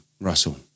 Russell